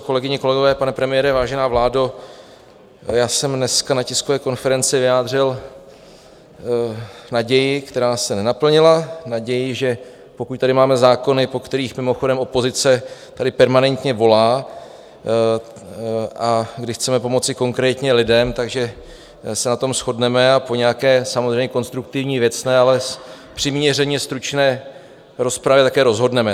Kolegyně, kolegové, pane premiére, vážená vládo, já jsem dneska na tiskové konferenci vyjádřil naději, která se nenaplnila, naději, že pokud tady máme zákony, po kterých mimochodem opozice tady permanentně volá, kdy chceme pomoci konkrétně lidem, tak že se na tom shodneme a po nějaké samozřejmě konstruktivní, věcné, ale přiměřeně stručné rozpravě také rozhodneme.